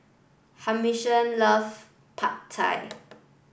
Humphrey love Pad Thai